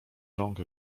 rąk